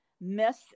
miss